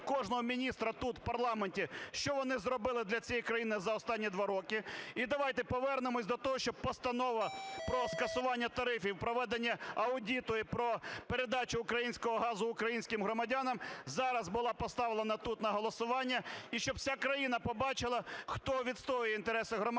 кожного міністра тут, в парламенті, що вони зробити в цієї країни за останні два роки. І давайте повернемося до того, що Постанова про скасування тарифів, проведення аудиту, і про передачу українського газу українським громадянам, зараз була поставлена тут на голосування. І щоб вся країна почула, хто відстоює інтереси громадян,